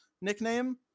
nickname